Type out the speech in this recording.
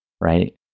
right